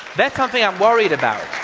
that's something i'm worried about.